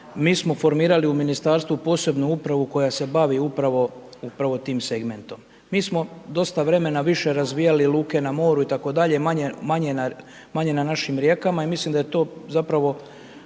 mi smo formirali u ministarstvu posebnu upravu koja se bavi upravo, upravo tim segmentom. Mi smo dosta vremena više razvijali luke na moru itd., manje na našim rijekama i mislim da je to zapravo